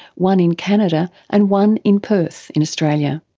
one in canada and one in perth in australia.